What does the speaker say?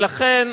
לכן,